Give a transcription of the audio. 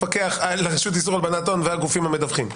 אלא על רשות איסור הלבנת הון ועל הגופים המפקחים.